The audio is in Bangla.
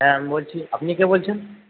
হ্যাঁ আমি বলছি আপনি কে বলছেন